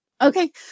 Okay